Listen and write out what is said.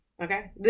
Okay